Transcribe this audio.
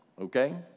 okay